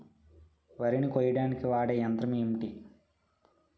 వరి ని కోయడానికి వాడే యంత్రం ఏంటి?